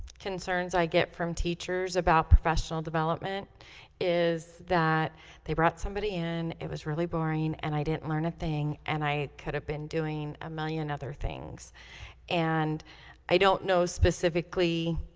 concerns i get from teachers about professional development is that they brought somebody in it was really boring and i didn't learn a thing and i could have been doing a million other things and i don't know specifically